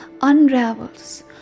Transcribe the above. unravels